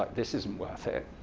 like this isn't worth it.